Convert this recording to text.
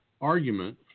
argument